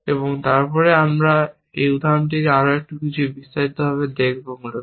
এবং তারপরে আমরা একটি উদাহরণকে আরও কিছুটা বিস্তারিতভাবে দেখব মূলত